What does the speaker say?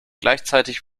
gleichzeitig